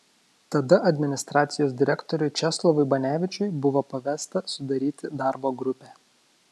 tada administracijos direktoriui česlovui banevičiui buvo pavesta sudaryti darbo grupę